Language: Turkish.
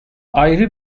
ayrı